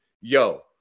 yo